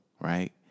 right